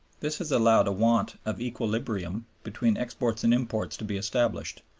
this has allowed a want of equilibrium between exports and imports to be established,